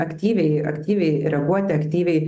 aktyviai aktyviai reaguoti aktyviai